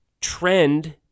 trend